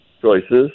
choices